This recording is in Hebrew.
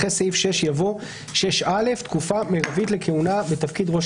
אחרי סעיף 6 יבוא "תקופה מרבית לכהונה בתפקיד ראש